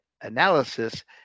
analysis